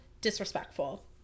disrespectful